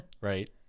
Right